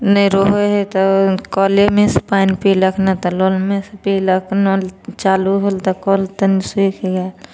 नहि रहै हइ तऽ कऽलेमे से पानि पिलक नहि तऽ नलमे से पिलक नल चालू होल तऽ कऽल तनि सुखि गेल